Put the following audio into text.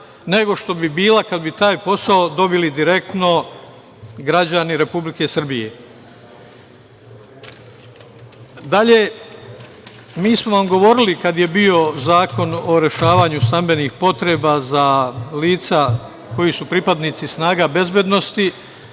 nego što bi bila kada bi taj posao dobili direktno građani Republike Srbije. Dalje, mi smo vam govorili kada je bio zakon o rešavanju stambenih potreba za lica koja su pripadnici snaga bezbednosti,